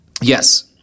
Yes